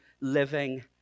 living